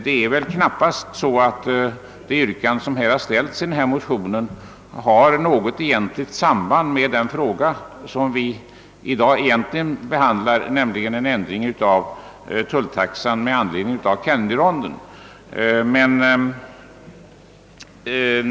Det yrkande som ställts i denna motion har väl knappast något egentligt samband med det ärende vi i dag be handlar, nämligen en ändring av tulltaxan med anledning av Kennedyrondens resultat.